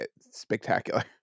spectacular